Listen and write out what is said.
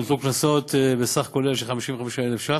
והוטלו קנסות בסכום כולל של 55,000 ש"ח.